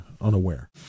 unaware